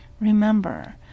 remember